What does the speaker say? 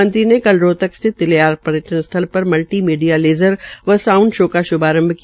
मंत्री ने कल रोहतक स्थित निलयार पर्यटन स्थल पर मल्दी मीडिया लेज़र व साउंड शो का श्भारंभ किया